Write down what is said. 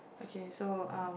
okay so um